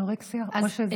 אנורקסיה או מה שזה?